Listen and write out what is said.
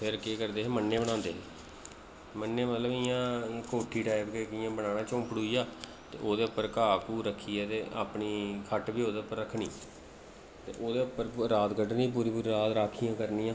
फ्ही केह् करदे हे म'न्ने बनांदे हे म'न्ने मतलब इ'यां कोठी टाईप गै इक इ'यां बनाना झोंपड़ू जेहा ते ओह्दे उप्पर घाऽ घूऽ रक्खियै ते अपनी खट्ट बी ओह्दे उप्पर रक्खनी ते ओह्दे उप्पर रात कड्ढनी पूरी पूरी रात राक्खियां करनियां